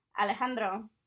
Alejandro